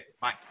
bye